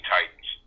Titans